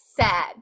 sad